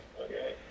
Okay